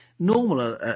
normal